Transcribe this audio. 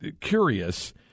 curious